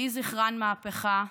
// לא להקשיב ללב." יהי זכרן מהפכה.